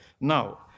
now